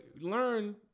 learn